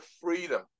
freedom